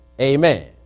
Amen